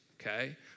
okay